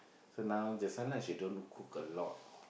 so now that's why lah she don't cook a lot